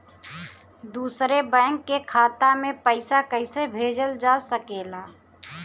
दूसरे बैंक के खाता में पइसा कइसे भेजल जा सके ला?